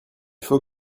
faut